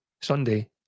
Sunday